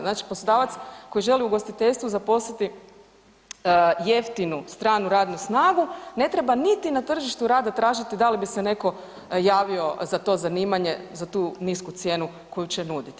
Znači poslodavac koji želi u ugostiteljstvu zaposliti jeftinu stranu radnu snagu ne treba niti na tržištu rada tražiti da li bi se netko javio za to zanimanje za tu nisku cijenu koju će nuditi.